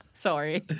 Sorry